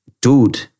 dude